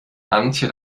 antje